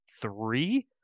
three